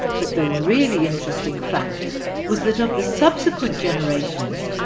but the really interesting fact was that of the subsequent generations,